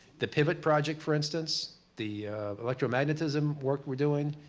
the pivot project, for instance, the electromagnetism work we're doing.